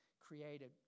created